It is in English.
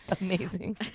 amazing